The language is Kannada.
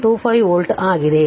25 ವೋಲ್ಟ್ ಆಗಿದೆ